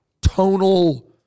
tonal